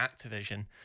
activision